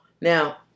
Now